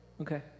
Okay